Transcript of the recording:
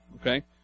Okay